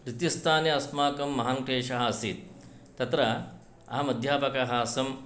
द्वितीय स्थाने अस्माकं महान् क्लेषः आसीत् तत्र अहम् अध्यापकः आसम्